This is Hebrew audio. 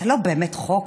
זה לא באמת חוק.